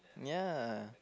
ya